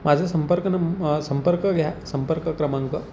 माझं संपर्क नम संपर्क घ्या संपर्क क्रमांक